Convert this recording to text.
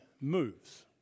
moves